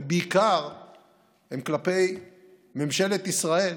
ובעיקר כלפי ממשלת ישראל,